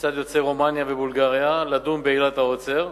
מצד יוצאי רומניה ובולגריה לדון בעילת העוצר,